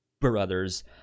brothers